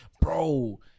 bro